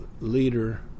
leader